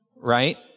right